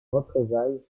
représailles